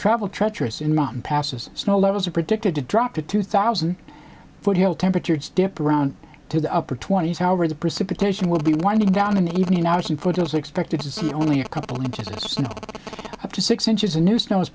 travel treacherous in mountain passes snow levels are predicted to drop to two thousand foot heel temperatures dip around to the upper twenty's however the precipitation will be winding down in the evening hours and for those expected to see only a couple of just sort of up to six inches a new snow